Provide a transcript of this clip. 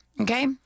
okay